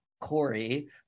corey